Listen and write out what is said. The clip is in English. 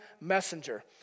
messenger